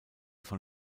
von